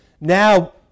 now